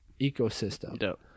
ecosystem